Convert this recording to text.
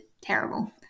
terrible